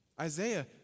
Isaiah